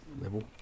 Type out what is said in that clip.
level